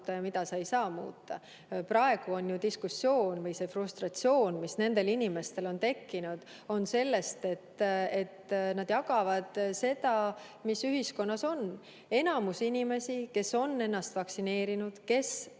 ja mida sa ei saa muuta. Praegu on ju diskussioon või see frustratsioon, mis nendel inimestel on tekkinud, sellest, et nad jagavad seda, mis ühiskonnas on. Enamus inimesi, kes on ennast vaktsineerinud, kes